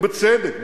ובצדק,